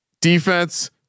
defense